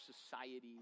society